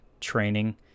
training